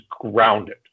grounded